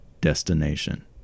destination